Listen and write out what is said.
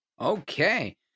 Okay